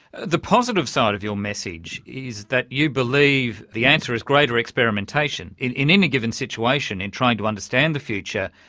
the positive side of your message is that you believe the answer is great experimentation. in in any given situation in trying to understand the future,